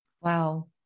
Wow